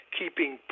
keeping